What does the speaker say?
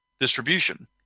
distribution